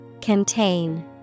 Contain